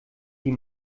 die